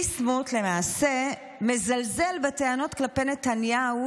ביסמוט למעשה מזלזל בטענות כלפי נתניהו,